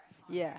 ya